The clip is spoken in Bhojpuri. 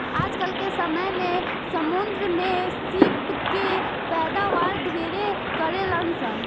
आजकल के समय में समुंद्र में सीप के पैदावार ढेरे करेलसन